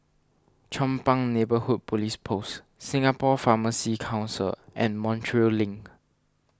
Chong Pang Neighbourhood Police Post Singapore Pharmacy Council and Montreal Link